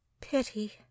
Pity